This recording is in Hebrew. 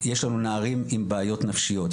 יש לנו נערים עם בעיות נפשיות,